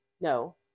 no